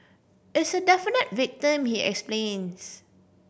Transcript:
it's a definite victim he explains